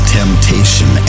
temptation